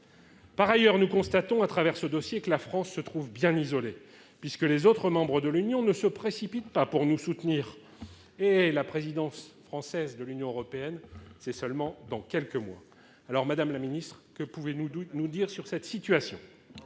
Par ailleurs, nous constatons à travers ce dossier que la France se trouve bien isolée, puisque les autres membres de l'Union européenne ne se précipitent pas pour nous soutenir, alors que la présidence française de l'Union européenne commence dans quelques semaines à peine. Alors, madame la ministre, que pouvez-vous nous dire sur cette situation ?